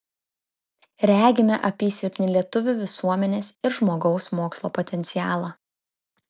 regime apysilpnį lietuvių visuomenės ir žmogaus mokslo potencialą